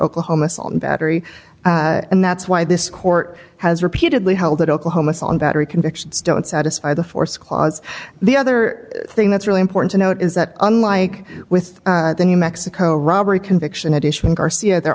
oklahoma battery and that's why this court has repeatedly held that oklahoma's on battery convictions don't satisfy the force clause the other thing that's really important to note is that unlike with the new mexico robbery conviction addition garcia there